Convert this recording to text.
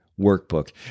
Workbook